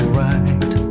right